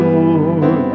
Lord